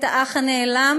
את האח הנעלם.